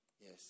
Yes